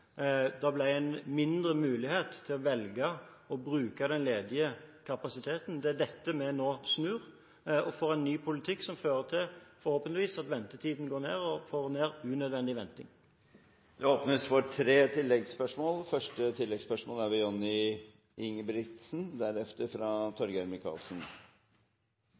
mindre mulighet til å velge å bruke den ledige kapasiteten. Det er dette vi nå snur. Vi får en ny politikk som forhåpentligvis fører til at ventetiden går ned – vi får ned unødvendig venting. Det åpnes for tre